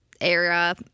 era